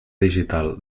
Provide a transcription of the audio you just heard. digital